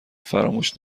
فراموش